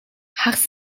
хагас